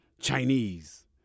Chinese